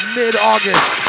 mid-August